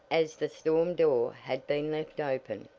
as the storm door had been left open.